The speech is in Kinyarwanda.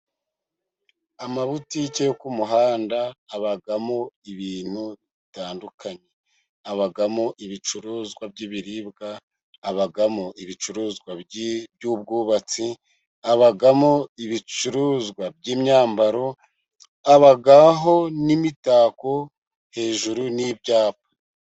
Amabutike yo ku muhanda habamo ibintu bitandukanye habamo ibicuruzwa by'ibiribwa, habamo ibicuruzwa by'ubwubatsi, habamo ibicuruzwa by'imyambaro habaho n'imitako hejuru n'ibyapa.